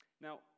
Now